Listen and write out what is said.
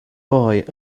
boy